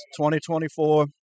2024